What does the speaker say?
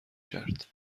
کرد